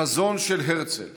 החזון של הרצל